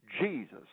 Jesus